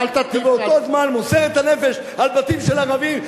ובאותו זמן מוסר את הנפש על בתים של ערבים,